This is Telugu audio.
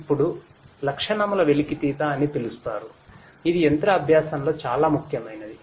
అప్పుడు లక్షణముల వెలికితీత అని పిలుస్తారు ఇది యంత్ర అభ్యాసంలో చాలా ముఖ్యమైనది